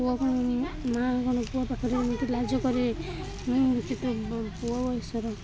ପୁଅ କ'ଣ ମାଆ କ'ଣ ପୁଅ ପାଖରେ ଏମିତି ଲାଜ କରେ ମୁଁ ତ ପୁଅ ବୟସର